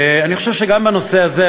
אני חושב שגם בנושא הזה,